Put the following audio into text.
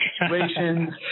situations